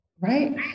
right